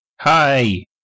Hi